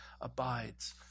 abides